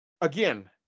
again